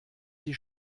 die